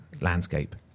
landscape